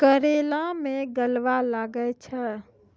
करेला मैं गलवा लागे छ?